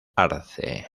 arce